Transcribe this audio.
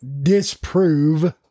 disprove